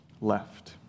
left